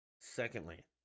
Secondly